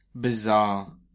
bizarre